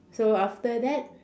so after that